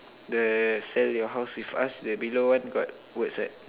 the sell your house with us the below one got words right